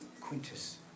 Quintus